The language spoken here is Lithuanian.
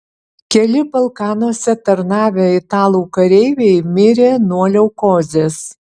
keli balkanuose tarnavę italų kareiviai mirė nuo leukozės